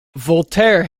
voltaire